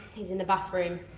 he's in the bathroom.